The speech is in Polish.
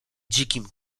dzikim